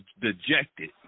dejected